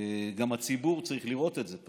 גם הציבור צריך לראות את זה,